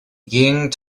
ying